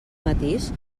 matís